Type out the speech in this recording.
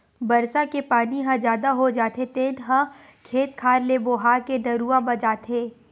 बरसा के पानी ह जादा हो जाथे तेन ह खेत खार ले बोहा के नरूवा म जाथे